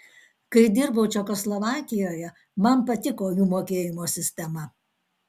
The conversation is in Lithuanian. kai dirbau čekoslovakijoje man patiko jų mokėjimo sistema